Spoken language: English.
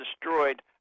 destroyed